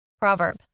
Proverb